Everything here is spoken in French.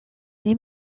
les